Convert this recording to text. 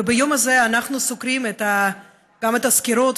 וביום הזה אנחנו סוקרים גם את הסקירות